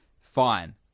fine